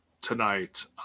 tonight